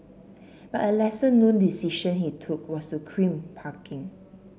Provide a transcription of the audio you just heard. but a lesser known decision he took was to crimp parking